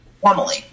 formally